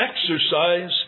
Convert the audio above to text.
exercise